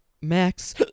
Max